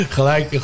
Gelijk